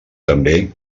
també